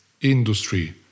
industry